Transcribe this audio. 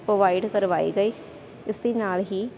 provide ਕਰਵਾਏ ਗਏ ਇਸ ਦੇ ਨਾਲ ਹੀ